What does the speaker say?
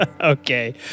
Okay